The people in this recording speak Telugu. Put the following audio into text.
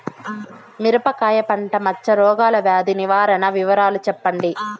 మిరపకాయ పంట మచ్చ రోగాల వ్యాధి నివారణ వివరాలు చెప్పండి?